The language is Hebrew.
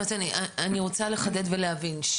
אני רוצה לחדד ולהבין,